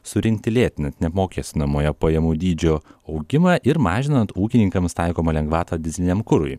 surinkti lėtinant neapmokestinamojo pajamų dydžio augimą ir mažinant ūkininkams taikomą lengvatą dyzeliniam kurui